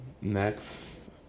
next